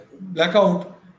blackout